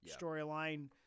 storyline